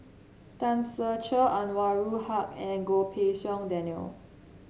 Tan Ser Cher Anwarul Haque and Goh Pei Siong Daniel